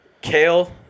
Kale